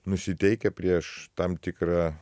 nusiteikę prieš tam tikrą